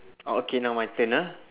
oh okay now my turn ah